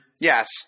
Yes